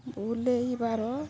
ବୁଲାଇବାର